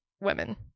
women